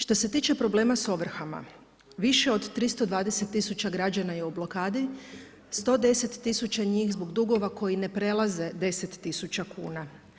Što se tiče problema sa ovrhama više od 320000 građana je u blokadi, 110 tisuća njih zbog dugova koji ne prelaze 10000 kuna.